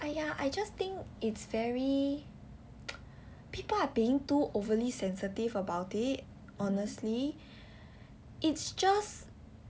!aiya! just think it's very people have being too overly sensitive about it honestly it's just